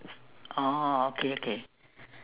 oh okay okay